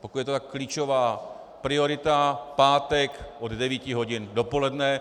pokud je to tak klíčová priorita, pátek od 9 hodin dopoledne.